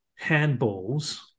handballs